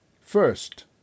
First